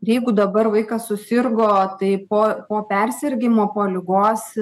jeigu dabar vaikas susirgo tai po po persirgimo po ligos